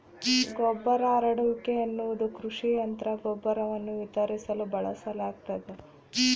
ಗೊಬ್ಬರ ಹರಡುವಿಕೆ ಎನ್ನುವುದು ಕೃಷಿ ಯಂತ್ರ ಗೊಬ್ಬರವನ್ನು ವಿತರಿಸಲು ಬಳಸಲಾಗ್ತದ